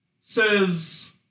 says